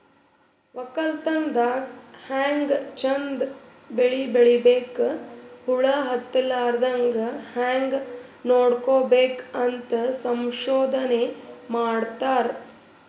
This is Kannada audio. ವಕ್ಕಲತನ್ ದಾಗ್ ಹ್ಯಾಂಗ್ ಚಂದ್ ಬೆಳಿ ಬೆಳಿಬೇಕ್, ಹುಳ ಹತ್ತಲಾರದಂಗ್ ಹ್ಯಾಂಗ್ ನೋಡ್ಕೋಬೇಕ್ ಅಂತ್ ಸಂಶೋಧನೆ ಮಾಡ್ತಾರ್